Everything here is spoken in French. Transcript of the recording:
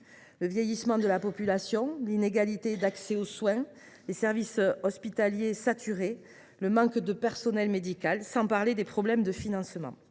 : vieillissement de la population, inégalités d’accès aux soins, saturation des services hospitaliers, manque de personnel médical, sans parler des problèmes de financement…